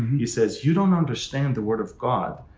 he says, you don't understand the word of god.